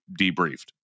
debriefed